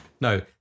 No